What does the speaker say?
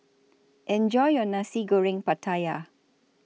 Enjoy your Nasi Goreng Pattaya